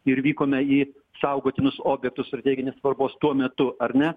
ir vykome į saugotinus objektus strateginės svarbos tuo metu ar ne